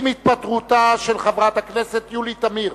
עם התפטרותה של חברת הכנסת יולי תמיר,